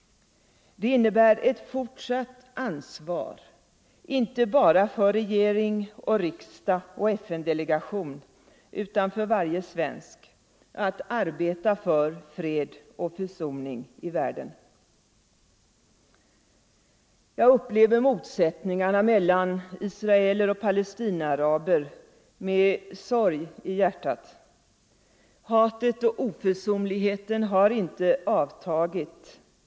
Det innebär ett fortsatt ansvar inte bara för regering och riksdag och FN-delegation utan för varje svensk att arbeta för fred och försoning i världen. Jag upplever motsättningarna mellan israeler och palestinaaraber med sorg i hjärtat. Hatet och oförsonligheten har inte avtagit.